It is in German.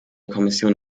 kommission